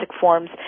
forms